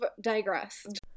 digressed